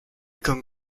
comme